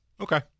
okay